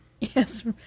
Yes